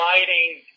lighting